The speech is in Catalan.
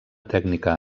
tècnica